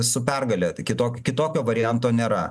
su pergale kitok kitokio varianto nėra